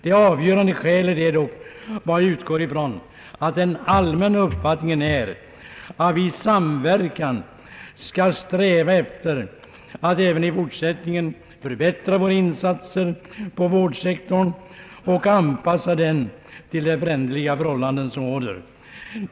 Det avgörande skälet är dock att jag utgår ifrån att den allmänna uppfattningen är att vi i samverkan skall sträva efter att även i fortsättningen förbättra våra insatser på vårdsektorn och anpassa den till de föränderliga förhållanden som råder.